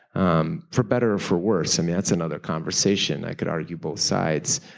um for better or for worse, i mean that's another conversation. i could argue both sides.